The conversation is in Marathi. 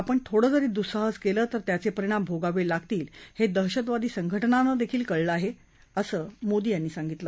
आपण थोडं जरी दुस्साहस केलं तरं त्याचे परिणाम भोगावे लागतील हे दहशतवादी संघटनांनाही कळलं आहे असं ते म्हणाले